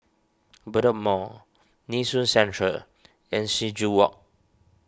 Bedok Mall Nee Soon Central and Sing Joo Walk